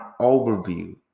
overview